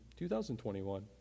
2021